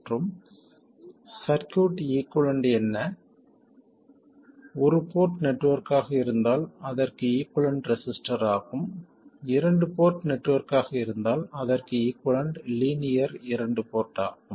மற்றும் circuit equivalent என்ன ஒரு போர்ட் நெட்வொர்க்காக இருந்தால் அதற்கு ஈகுவலன்ட் ரெசிஸ்டர் ஆகும் இரண்டு போர்ட் நெட்வொர்க்காக இருந்தால் அதற்கு ஈகுவலன்ட் லீனியர் இரண்டு போர்ட்கள் ஆகும்